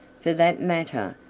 for that matter,